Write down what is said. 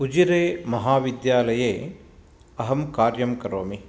उजिरे महाविद्यालये अहं कार्यंकरोमि